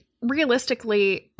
realistically